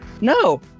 No